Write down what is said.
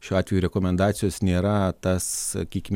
šiuo atveju rekomendacijos nėra tas sakykim